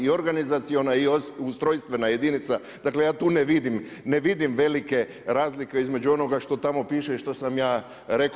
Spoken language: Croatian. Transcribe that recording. I organizaciona i ustrojstvena jedinica, dakle ja tu ne vidim velike razlike između onoga što tamo piše i što sam ja rekao.